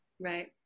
Right